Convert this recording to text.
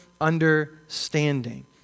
understanding